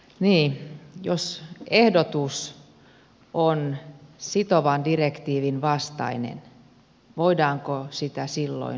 niin jos ehdotus on sitovan direktiivin vastainen voidaanko sitä silloin hyväksyä